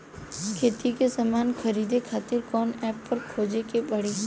खेती के समान खरीदे खातिर कवना ऐपपर खोजे के पड़ी?